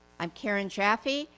i'm karen jaffe,